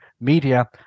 media